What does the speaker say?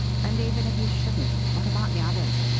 and even if he shouldn't, what about the others?